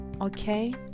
okay